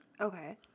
okay